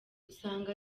usanga